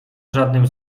żadnym